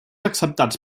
acceptats